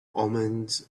omens